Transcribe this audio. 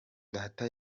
data